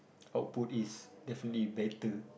output is definitely better